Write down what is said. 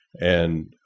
And-